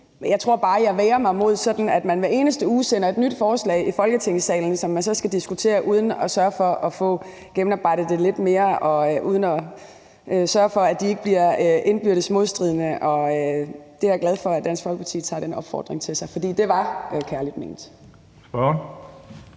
Jeg tror bare, at jeg vægrer mig imod, at man hver eneste uge sender et nyt forslag i Folketingssalen, som vi så skal diskutere, uden at sørge for at få det gennemarbejdet lidt mere og uden at sørge for, at forslagene ikke bliver indbyrdes modstridende. Jeg er glad for, at Dansk Folkeparti tager den opfordring til sig, for det var kærligt ment.